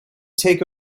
take